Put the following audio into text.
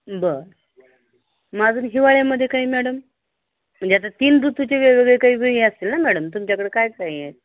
बरं मग अजून हिवाळ्यामध्ये काही मॅडम म्हणजे आता तीन ऋतूचे वेगवेगळे काही व असेल ना मॅडम तुमच्याकडे काय काही